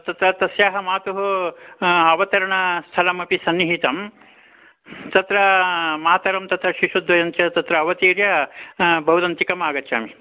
तत्र तस्याः मातुः अवतरणस्थलमपि सन्निहितं तत्र मातरं तत्र शिशुद्वयं च तत्र अवतीर्य भवदन्तिकमागच्छामि